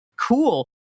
cool